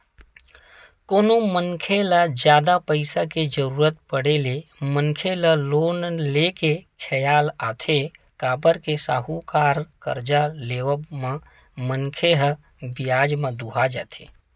कोनो मनखे ल जादा पइसा के जरुरत पड़े ले मनखे ल लोन ले के खियाल आथे काबर के साहूकार करा करजा लेवब म मनखे ह बियाज म दूहा जथे